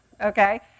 okay